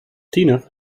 tiener